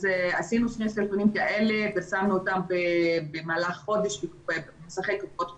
עשינו שני סרטונים כאלה ושמנו אותם במהלך חודש במסכי קופות חולים,